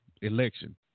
election